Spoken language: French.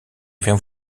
viens